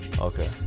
Okay